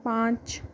पाँच